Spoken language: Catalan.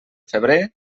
febrer